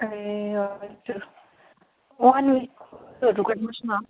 ए हजुर वान विकहरू गर्नु होस् न